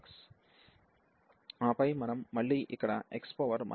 ఆపై మనం మళ్ళీ ఇక్కడ x 41 కలిగి ఉన్నాము